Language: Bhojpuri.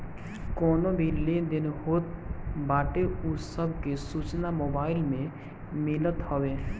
कवनो भी लेन देन होत बाटे उ सब के सूचना मोबाईल में मिलत हवे